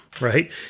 right